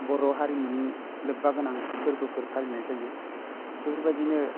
बर' हारिमुनि लोब्बा गोनां फोरबोफोर फालिनाय जायो बेफोरबादिनो